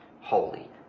holy